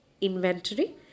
inventory